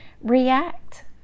react